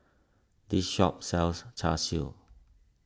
this shop sells Char Siu